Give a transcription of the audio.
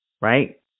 right